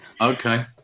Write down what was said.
Okay